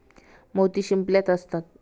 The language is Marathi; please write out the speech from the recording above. मोती शिंपल्यात असतात